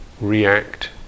react